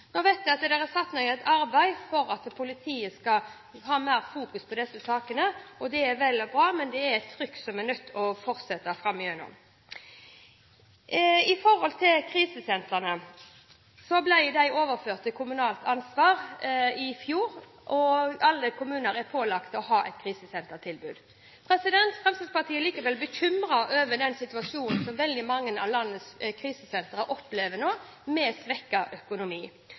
Nå vet jeg at det er satt i gang et arbeid for at politiet skal ha mer fokus på disse sakene, og det er vel og bra, men dette er et trykk som vi er nødt til å fortsette framover. Når det gjelder krisesentrene, så ble de overført til kommunalt ansvar i fjor, og alle kommuner er pålagt å ha et krisesentertilbud. Fremskrittspartiet er likevel bekymret over situasjonen med svekket økonomi som veldig mange av landets krisesentre opplever nå.